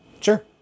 Sure